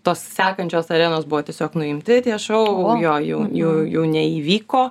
tos sekančios arenos buvo tiesiog nuimti tie šou jo jau jų jų neįvyko